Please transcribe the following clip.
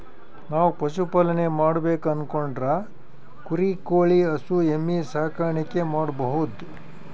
ನಾವ್ ಪಶುಪಾಲನೆ ಮಾಡ್ಬೇಕು ಅನ್ಕೊಂಡ್ರ ಕುರಿ ಕೋಳಿ ಹಸು ಎಮ್ಮಿ ಸಾಕಾಣಿಕೆ ಮಾಡಬಹುದ್